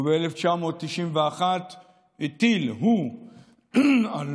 וב-1991 הטיל הוא על